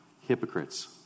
hypocrites